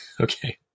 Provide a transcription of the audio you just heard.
Okay